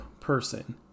person